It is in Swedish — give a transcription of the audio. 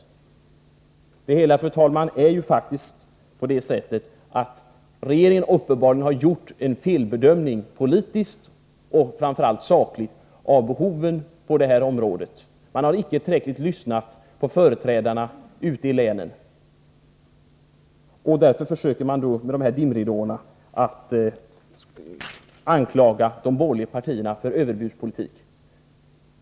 Regeringen har helt klart, fru talman, gjort en felbedömning — politiskt och framför allt sakligt — av behoven på det här området. Man har icke tillräckligt lyssnat på företrädarna ute i länen. Därför försöker man med dessa dimridåer angripa de borgerliga partierna för överbudspolitik.